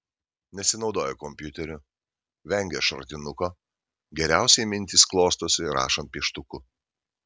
nesinaudoja kompiuteriu vengia šratinuko geriausiai mintys klostosi rašant pieštuku